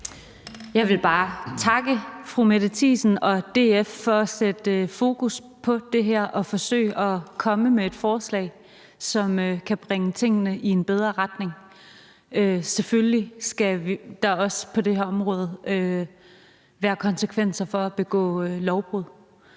Jeg vil bare takke fru Mette Thiesen og DF for at sætte fokus på det her og for at forsøge at komme med et forslag, som kan bringe tingene i en bedre retning. Selvfølgelig skal det også på det her område have konsekvenser at begå lovbrud.